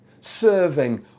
serving